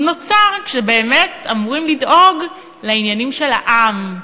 הוא נוצר כשבאמת אמורים לדאוג לעניינים של העם,